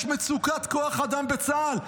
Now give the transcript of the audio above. יש מצוקת כוח אדם בצה"ל.